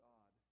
God